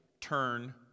turn